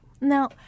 Now